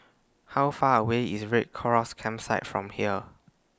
How Far away IS Red Chorus Campsite from here